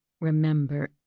remember